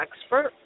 expert